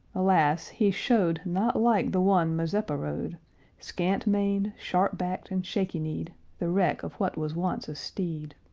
alas! he showed not like the one mazeppa rode scant-maned, sharp-backed, and shaky-kneed, the wreck of what was once a steed,